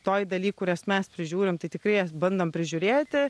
toj daly kurias mes prižiūrim tai tikrai jas bandom prižiūrėti